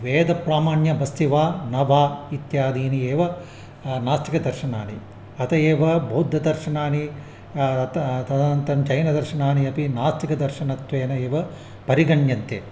वेदप्रामाण्यमस्ति वा न वा इत्यादीनि एव नास्तिकदर्शनानि अतः एव बौद्धदर्शनानि त तदनन्तरं जैनदर्शनानि अपि नास्तिकदर्शनत्वेन एव परिगण्यन्ते